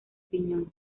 piñón